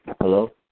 Hello